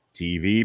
tv